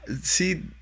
see